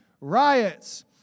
riots